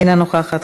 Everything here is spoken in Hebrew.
אינה נוכחת,